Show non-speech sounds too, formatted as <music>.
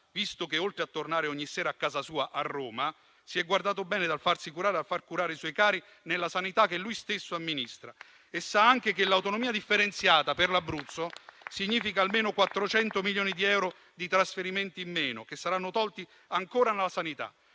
visto che oltre a tornare ogni sera a casa sua, a Roma, si è guardato bene dal farsi curare e far curare i suoi cari nella sanità che lui stesso amministra. <applause> E sa anche che l'autonomia differenziata per l'Abruzzo significa almeno 400 milioni di euro di trasferimenti in meno, che saranno tolti ancora alla sanità.